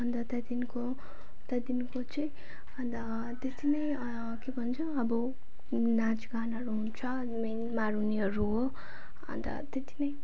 अन्त त्यहाँदेखिको त्यहाँदेखिको चाहिँ अन्त त्यत्ति नै के भन्छ अब नाचगानहरू हुन्छ मेन मारुनीहरू हो अन्त त्यत्ति नै